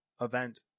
event